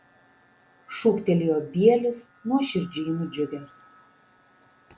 šūktelėjo bielis nuoširdžiai nudžiugęs